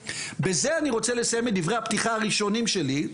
בזה אני רוצה לסיים את דברי הפתיחה הראשונים שלי,